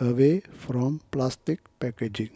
away from plastic packaging